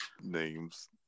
names